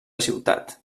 ciutat